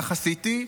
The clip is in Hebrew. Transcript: וכך עשיתי.